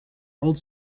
old